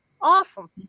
Awesome